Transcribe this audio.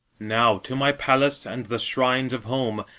now, to my palace and the shrines of home,